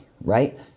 right